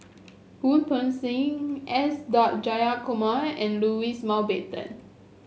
Wu Peng Seng S dot Jayakumar and Louis Mountbatten